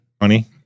honey